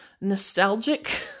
nostalgic